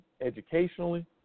educationally